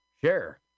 sure